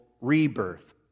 rebirth